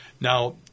Now